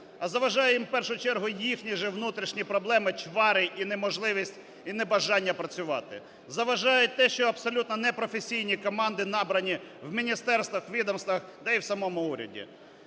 А заважають їм в першу чергу їхні же внутрішні проблеми, чвари і неможливість і небажання працювати, заважає те, що абсолютно непрофесійні команди набрані в міністерствах, відомствах та і в самому уряді.